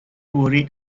worried